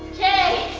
okay,